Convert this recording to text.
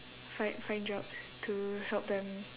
find find jobs to help them